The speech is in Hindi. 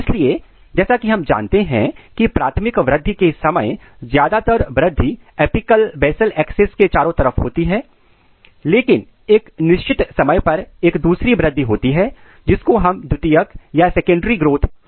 इसलिए जैसा कि हम जानते हैं की प्राथमिक वृद्धि के समय ज्यादातर वृद्धि एपिकल बेसल एक्सेस के चारों तरफ होती है लेकिन एक निश्चित समय पर एक दूसरी वृद्धि होती है जिसको हम द्वितीयक या सेकेंडरी ग्रोथ कहते हैं